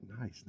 nice